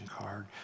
card